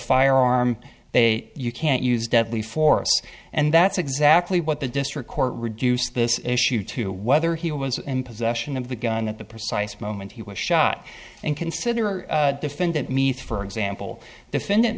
firearm they you can't use deadly force and that's exactly what the district court reduced this issue to whether he was in possession of the gun at the precise moment he was shot and consider defendant meat for example defendant